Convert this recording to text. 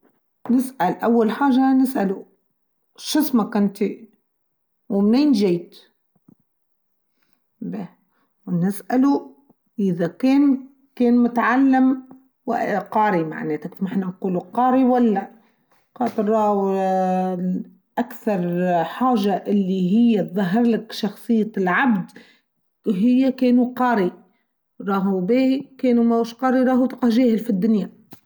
نسأل أول حاجة نسأله شو اسمك أنت ومنين جيت ونسأله إذا كان متعلم قاري معناته ما حنا نقوله قاري ولا قاطر وووو أكثر حاجة اللي هي تظهر لك شخصية العبد وهي كانوا قاري راهوا به كانوا ما وش قاري راهوا تقى جاهل في الدنيا.